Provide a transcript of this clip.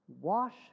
Wash